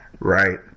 Right